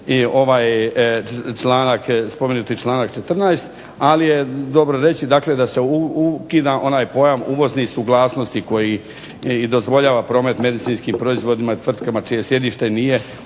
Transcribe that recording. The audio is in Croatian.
i ovaj članak, spomenuti članak 14., ali je dobro reći dakle da se ukida onaj pojam uvoznih suglasnosti koji i dozvoljava promet medicinskim proizvodima i tvrtkama čije sjedište nije u